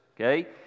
okay